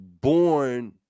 born